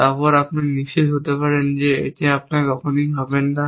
তারপর n আপনি নিশ্চিত হতে পারেন যে আপনি কখনই হবেন না